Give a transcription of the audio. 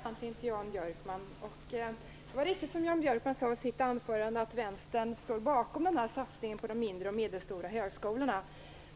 Fru talman! Jag har en fråga till Jan Björkman. Det är riktigt, som Jan Björkman sade i sitt anförande, att Vänstern står bakom satsningen på de mindre och medelstora högskolorna.